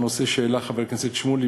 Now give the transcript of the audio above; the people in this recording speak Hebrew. הנושא שהעלה חבר הכנסת שמולי,